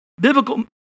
biblical